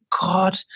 God